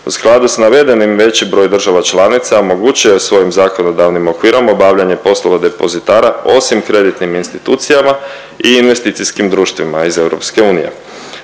U skladu s navedenim veći broj država članica omogućuje svojim zakonodavnim okvirom obavljanje poslova depozitara osim kreditnim institucijama i investicijskim društvima iz EU.